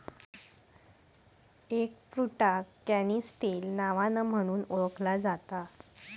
एगफ्रुटाक canistel नावान म्हणुन ओळखला जाता